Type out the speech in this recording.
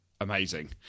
amazing